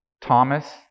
Thomas